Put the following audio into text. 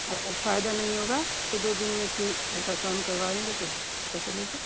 अगर फायदा नहीं होगा तो दो दिन में फिरअल्ट्रासाउंड करवाएंगे तो पता चलेगा